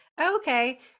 okay